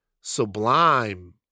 sublime